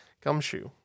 Gumshoe